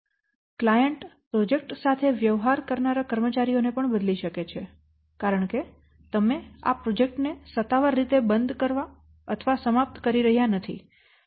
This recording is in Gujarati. ક્લાયંટ પ્રોજેક્ટ સાથે વ્યવહાર કરનારા કર્મચારીઓને પણ બદલી શકે છે કારણ કે તમે આ પ્રોજેક્ટ ને સત્તાવાર રીતે બંધ અથવા સમાપ્ત કરી રહ્યા નથી